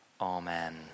amen